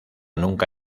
nunca